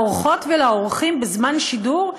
לעורכות ולעורכים בזמן שידור,